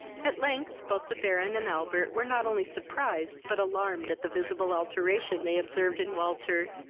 at length, both the baron and albert were not only surprised, but alarmed at the visible alteration they observed in walter,